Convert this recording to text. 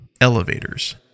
Elevators